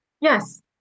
Yes